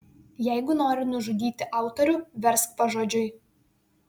jeigu nori nužudyti autorių versk pažodžiui